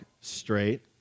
straight